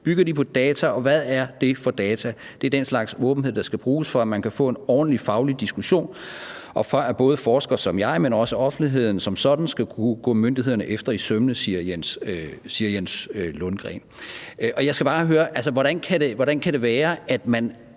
Bygger de på data, og hvad er det for data? Det er den slags åbenhed, der skal bruges, for at man kan få en ordentlig faglig diskussion, og for at både forskere som jeg, men også offentligheden som sådan, skal kunne gå myndighederne efter i sømmene«. Det siger Jens Lundgren, og jeg skal bare høre: Hvordan kan det være, at